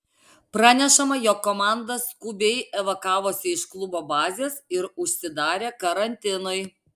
pranešama jog komanda skubiai evakavosi iš klubo bazės ir užsidarė karantinui